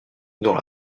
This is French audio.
dont